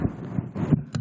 בבקשה.